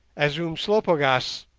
as umslopogaas,